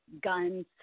guns